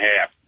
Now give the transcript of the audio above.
half